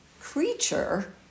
creature